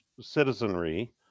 citizenry